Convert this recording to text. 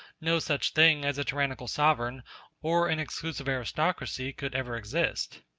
no such thing as a tyrannical sovereign or an exclusive aristocracy could ever exist.